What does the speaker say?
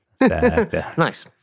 Nice